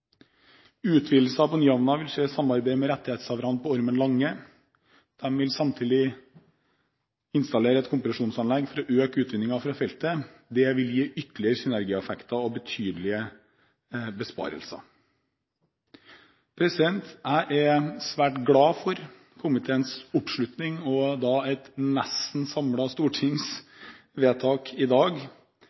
på Nyhamna vil skje i samarbeid med rettighetshaverne på Ormen lange. De vil samtidig installere et kompresjonsanlegg for å øke utvinningen fra feltet. Det vil gi ytterligere synergieffekter og betydelige besparelser. Jeg er svært glad for komiteens oppslutning og for et nesten samlet stortings vedtak i dag